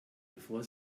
bevor